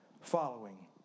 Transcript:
following